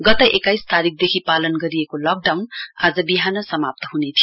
गत एक्काइस तारीकदेखि पालन गरिएको लकडाउन आज विहान समाप्त हुने थियो